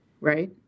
Right